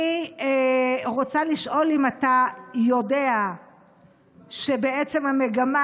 אני רוצה לשאול אם אתה יודע שבעצם המגמה